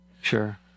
Sure